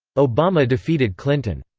obama defeated clinton.